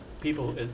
people